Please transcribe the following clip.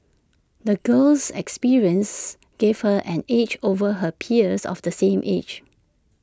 the girl's experiences gave her an edge over her peers of the same age